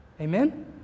Amen